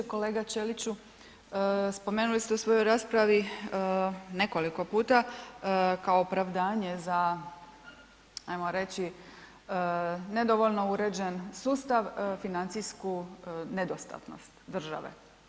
Kolega Ćeliću, spomenuli ste u svojoj raspravi nekoliko puta kao opravdanje za, ajmo reći, nedovoljno uređen sustav, financijsku nedostatnost države.